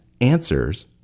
answers